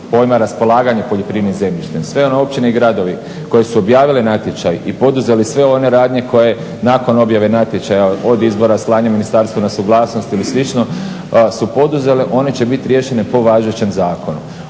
pojma raspolaganja poljoprivrednim zemljištem, sve one općine i gradovi koji su objavili natječaj i poduzeli sve one radnje koje nakon objave natječaja od izbora, slanja ministarstvu na suglasnost ili slično su poduzele, one će bit riješene po važećem zakonu.